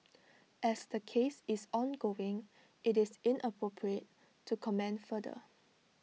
as the case is ongoing IT is inappropriate to comment further